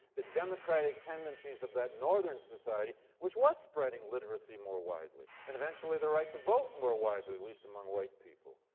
the democratic tendencies of that northern society which was spreading literacy more widely, and eventually the right to vote more widely, at least among white people.